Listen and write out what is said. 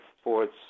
sports